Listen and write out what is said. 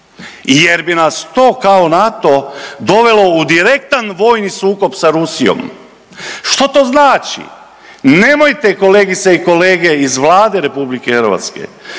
jer bi nas to kao NATO dovelo u direktan vojni sukob sa Rusijom. Što to znači? Nemojte kolegice i kolege iz Vlade RH i iz naše,